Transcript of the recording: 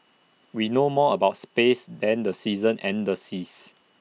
we know more about space than the seasons and the seas